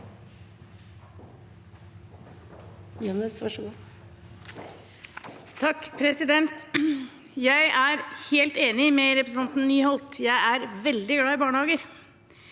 (H) Jeg er helt enig med representanten Nyholt. Jeg er veldig glad i barnehager.